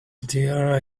tear